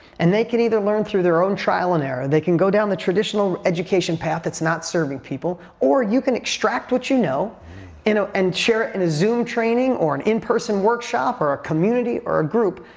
and they can either learn through their own trial and error, they can go down the traditional education path that's not serving people or you can extract what you know ah and share it in a zoom training or an in person workshop or a community or a group,